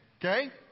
okay